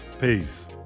Peace